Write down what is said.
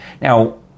Now